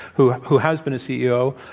who who has been a ceo.